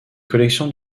collections